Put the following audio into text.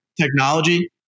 technology